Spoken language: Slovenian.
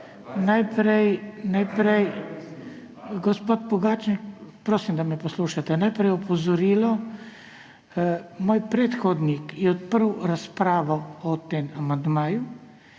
Hvala lepa. Gospod Pogačnik, prosim, da me poslušate, najprej opozorilo. Moj predhodnik je odprl razpravo o tem amandmaju,